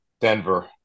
Denver